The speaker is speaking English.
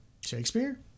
Shakespeare